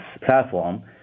platform